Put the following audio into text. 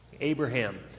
Abraham